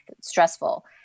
stressful